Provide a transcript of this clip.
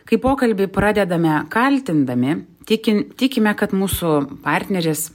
kai pokalbį pradedame kaltindami tikin tikime kad mūsų partneris